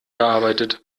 gearbeitet